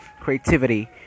creativity